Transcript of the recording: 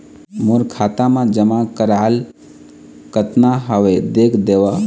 मोर खाता मा जमा कराल कतना हवे देख देव?